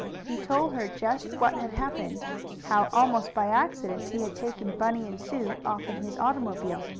he told her just what had happened how, almost by accident, he had taken bunny and sue off in his automobile.